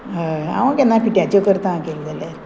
हय हांव केन्ना फिट्याचे करता गेले जाल्यार